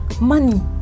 Money